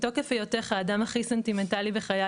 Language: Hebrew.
מתוקף היותך האדם הכי סנטימנטלי בחיי